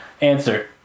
Answer